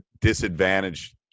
disadvantaged